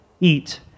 eat